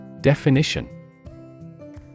Definition